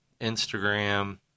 Instagram